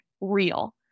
real